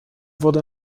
wurde